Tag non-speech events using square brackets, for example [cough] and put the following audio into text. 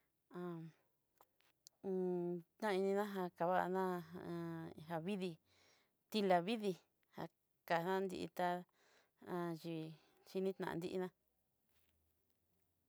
Han [hesitation] taín hidajá kavana'a [hesitation] avidí ti'la vidí, kajantíta ayúii xhinitanti íína.